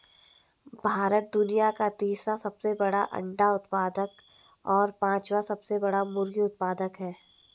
भारत दुनिया का तीसरा सबसे बड़ा अंडा उत्पादक और पांचवां सबसे बड़ा मुर्गी उत्पादक है